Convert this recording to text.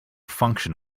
function